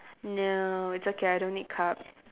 ya it's okay I don't need cups